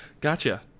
Gotcha